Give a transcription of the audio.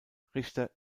richter